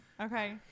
Okay